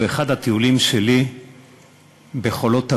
באחד הטיולים שלי בחולות עגור,